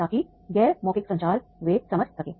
ताकि गैर मौखिक संचार वे समझ सकें